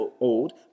old